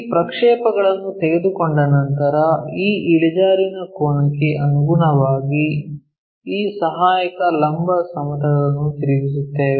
ಈ ಪ್ರಕ್ಷೇಪಗಳನ್ನು ತೆಗೆದುಕೊಂಡ ನಂತರ ಈ ಇಳಿಜಾರಿನ ಕೋನಕ್ಕೆ ಅನುಗುಣವಾಗಿ ಈ ಸಹಾಯಕ ಲಂಬ ಸಮತಲವನ್ನು ತಿರುಗಿಸುತ್ತೇವೆ